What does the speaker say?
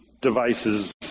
devices